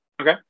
Okay